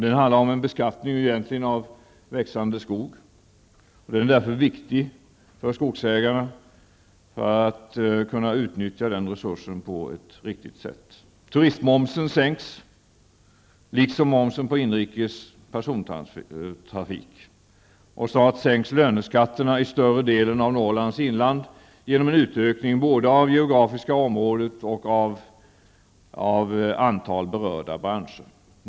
Den handlar egentligen om en beskattning av växande skog. Den är därför viktig för skogsägarna för att de skall kunna utnyttja den resursen på ett riktigt sätt. Turistmomsen sänks, liksom momsen på inrikes persontrafik. Snart sänks löneskatterna i större delen av Norrlands inland -- genom en utökning både av geografiska områden och av ett antal berörda branscher.